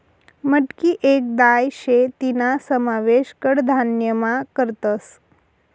मटकी येक दाय शे तीना समावेश कडधान्यमा करतस